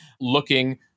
looking